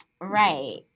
Right